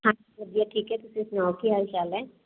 ਹਾਂਜੀ ਵਧੀਆ ਠੀਕ ਹੈ ਤੁਸੀਂ ਸੁਣਾਓ ਕੀ ਹਾਲ ਚਾਲ ਹੈ